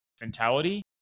mentality